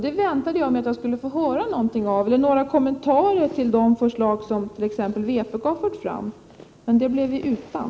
Det väntade jag mig att få höra någonting om, eller att några kommentarer skulle göras till de förslag som vpk har fört fram. Men det blev vi utan.